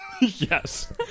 Yes